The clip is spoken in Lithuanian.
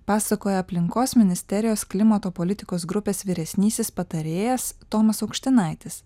pasakoja aplinkos ministerijos klimato politikos grupės vyresnysis patarėjas tomas aukštinaitis